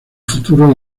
futuro